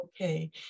okay